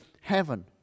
heaven